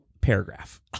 Paragraph